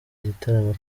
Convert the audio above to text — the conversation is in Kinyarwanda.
gitaramo